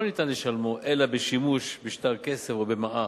ניתן לשלמו אלא בשימוש בשטר כסף או במעה"